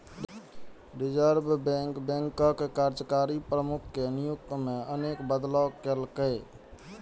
reserve bank बैंकक कार्यकारी प्रमुख के नियुक्ति मे अनेक बदलाव केलकै